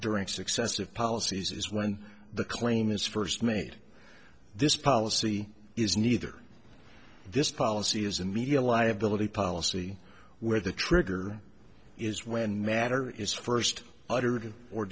during successive policies is when the claim is first made this policy is neither this policy is a media liability policy where the trigger is when matter is first